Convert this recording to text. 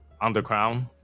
underground